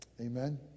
Amen